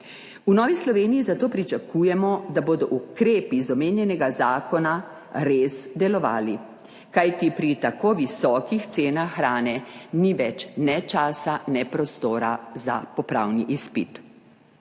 V Novi Sloveniji zato pričakujemo, da bodo ukrepi iz omenjenega zakona res delovali, kajti pri tako visokih cenah hrane ni več ne časa ne prostora za popravni izpit.